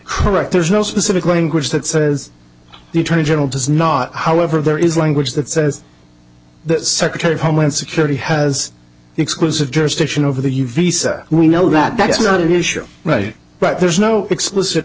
correct there's no specific language that says the attorney general does not however there is language that says the secretary of homeland security has exclusive jurisdiction over the visa we know that that's not an issue right but there's no explicit